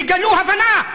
תגלו הבנה.